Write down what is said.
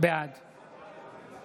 בעד